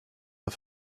pas